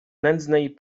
nędznej